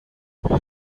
com